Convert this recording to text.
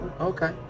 Okay